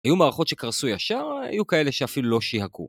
היו מערכות שקרסו ישר, היו כאלה שאפילו לא שיהקו.